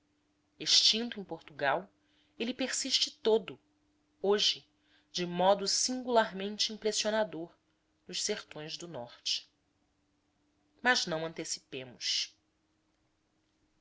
extinto em portugal ele persiste todo hoje de modo singularmente impressionador nos sertões do norte mas não antecipemos